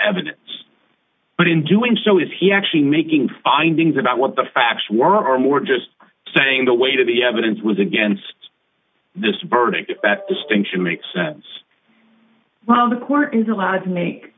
evidence but in doing so is he actually making findings about what the facts were or more just saying the weight of the evidence was against this verdict that distinction makes sense well the core is allowed to make